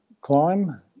climb